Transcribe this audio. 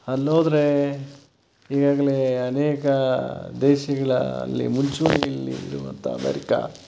ಅಲ್ಲಿ ಹೋದ್ರೆ ಈಗಾಗಲೇ ಅನೇಕ ದೇಶಗಳ ಅಲ್ಲಿ ಮುಂಚೂಣಿಯಲ್ಲಿರುವಂಥ ಅಮೆರಿಕ